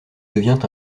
devient